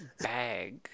bag